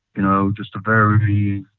you know, just a very,